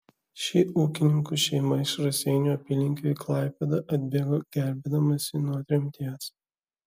ši ūkininkų šeima iš raseinių apylinkių į klaipėdą atbėgo gelbėdamasi nuo tremties